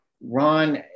ron